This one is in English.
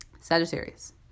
Sagittarius